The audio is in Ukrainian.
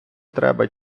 треба